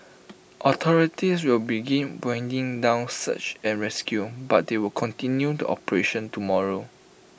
authorities will begin winding down search and rescue but they will continue the operation tomorrow